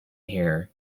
here